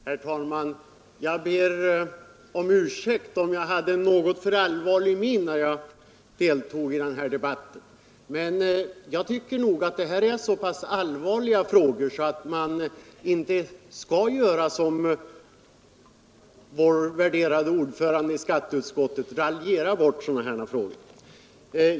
Herr talman! Jag ber om ursäkt om jag hade en något för allvarlig min när jag talade. Jag tycker att detta är så allvarliga frågor att man inte skall raljera bort dem, som vår värderade ordförande i skatteutskottet gör.